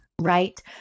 right